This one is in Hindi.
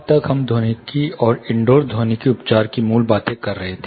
अब तक हम ध्वनिकी ी और इनडोर ध्वनिकी उपचार की मूल बातें कर रहे हैं